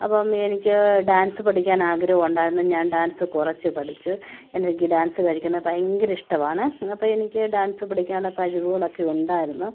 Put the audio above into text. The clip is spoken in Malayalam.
അപ്പം എനിക്ക് ഡാൻസ് പഠിക്കാൻ ആഗ്രഹമുണ്ടായിരുന്നു ഞാൻ ഡാൻസ് കുറച്ച് പഠിച്ചു എനിക്ക് ഡാൻസ് കളിക്കുന്ന ഭയങ്കര ഇഷ്ടമാണ് അപ്പോൾ എനിക്ക് ഡാൻസ് പഠിക്കാനുള്ള കഴിവുകളൊക്കെ ഉണ്ടായിരുന്നു